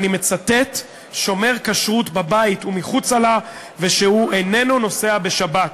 אני מצטט: שומר כשרות בבית ומחוצה לו ושהוא איננו נוסע בשבת.